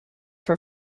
for